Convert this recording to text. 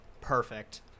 perfect